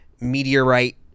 meteorite